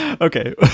okay